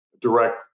direct